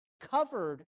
covered